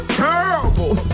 terrible